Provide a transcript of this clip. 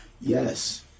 Yes